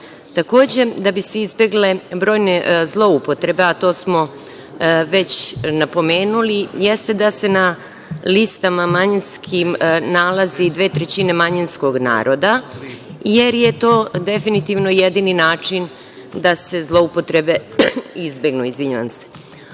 manjine. Takođe, da bi se izbegle brojne zloupotrebe, a to smo već napomenuli, jeste da se na listama manjinskih nalazi i dve trećine manjinskog naroda, jer je to definitivno jedini način da se zloupotrebe izbegnu. Ono